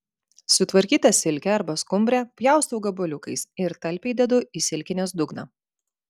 sutvarkytą silkę arba skumbrę pjaustau gabaliukais ir talpiai dedu į silkinės dugną